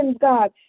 god